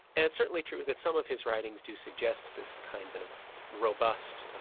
and it's certainly true that some of his writings do suggest this kind of robust,